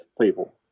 people